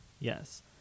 yes